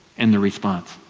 and the response.